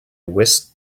whisked